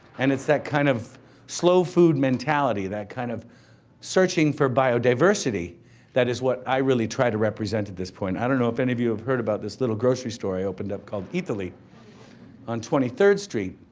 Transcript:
and it's that kind of slow-food mentality, that kind of searching for biodiversity that is what i really try to represent at this point. i don't know if any of you have heard about this little grocery store i opened up called eataly on twenty third street.